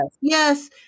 yes